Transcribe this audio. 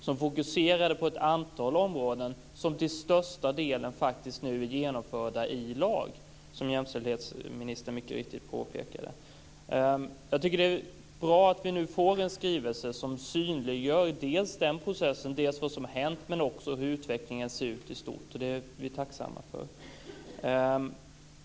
Den fokuserade på ett antal områden som nu till största delen faktiskt är genomförda i lag, som jämställdhetsministern mycket riktigt påpekade. Jag tycker att det är bra att vi nu får en skrivelse som dels synliggör den här processen, vad som har hänt, och dels också tar upp hur utvecklingen ser ut i stort. Det är vi tacksamma för.